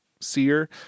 Seer